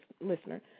listener